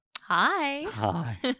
Hi